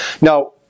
Now